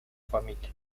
familia